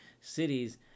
cities